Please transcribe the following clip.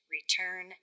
Return